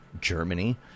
Germany